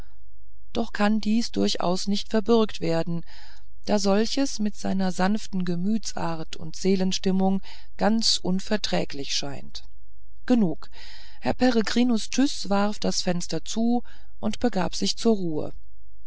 doch kann dies durchaus nicht verbürgt werden da solches mit seiner sanften gemütsart und seelenstimmung ganz unverträglich scheint genug herr peregrinus tyß warf das fenster zu und begab sich zur ruhe